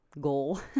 goal